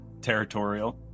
territorial